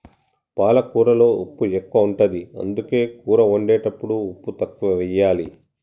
పాలకూరలో ఉప్పు ఎక్కువ ఉంటది, అందుకే కూర వండేటప్పుడు ఉప్పు తక్కువెయ్యాలి